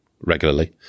regularly